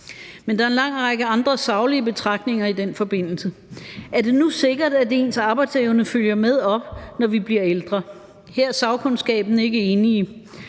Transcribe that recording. Men der er en lang række andre saglige betragtninger i den forbindelse: Er det nu sikkert, at ens arbejdsevne følger med op, når man bliver ældre? Her er sagkundskaben ikke enige.